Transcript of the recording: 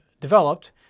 developed